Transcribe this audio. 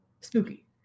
spooky